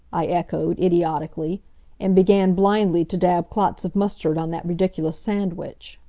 i echoed, idiotically and began blindly to dab clots of mustard on that ridiculous sandwich.